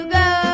go